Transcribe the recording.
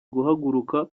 guhaguruka